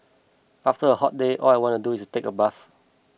after a hot day all I want to do is take a bath